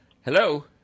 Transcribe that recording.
Hello